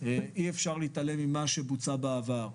אי אפשר להתעלם ממה שבוצע בעבר.